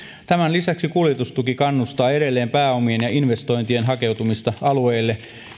tämän lisäksi kuljetustuki kannustaa edelleen pääomien ja investointien hakeutumista alueille